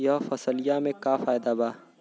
यह फसलिया में का फायदा बा?